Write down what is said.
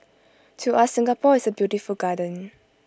to us Singapore is A beautiful garden